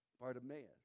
Bartimaeus